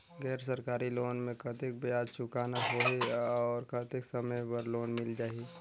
गैर सरकारी लोन मे कतेक ब्याज चुकाना होही और कतेक समय बर लोन मिल जाहि?